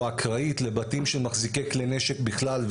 אקראית לבתים של מחזיקי כלי נשק בכלל,